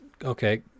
okay